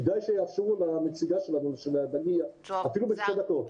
כדאי שיאפשרו לנציגה שלנו לדבר, אפילו בשתי דקות.